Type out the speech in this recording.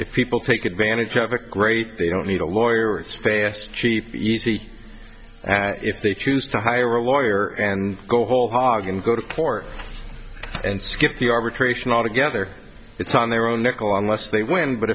if people take advantage of a great they don't need a lawyer it's fast chief easy if they choose to hire a lawyer and go whole hog and go to court and skip the arbitration altogether it's on their own nickel on lest they win but